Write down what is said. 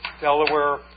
Delaware